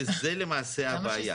וזה למעשה הבעיה.